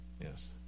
yes